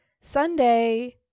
Sunday